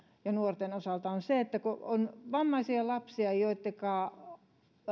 ja nuorten osalta on se että on vammaisia lapsia joittenka